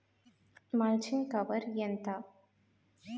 Mulching cover ఎంత?